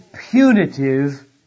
punitive